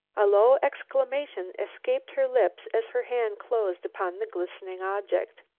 a low exclamation escaped her lips as her hand closed upon the glistening object.